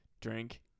Drink